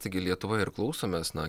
taigi lietuvoje ir klausomės na